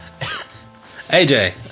AJ